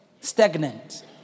stagnant